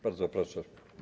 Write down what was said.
Bardzo proszę.